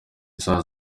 isaha